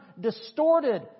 distorted